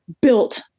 built